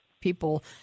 people